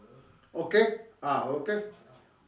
okay ah okay